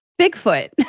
Bigfoot